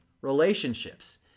relationships